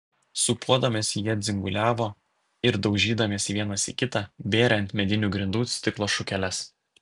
sūpuodamiesi jie dzinguliavo ir daužydamiesi vienas į kitą bėrė ant medinių grindų stiklo šukeles